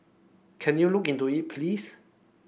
can you look into it please